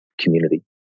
community